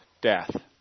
death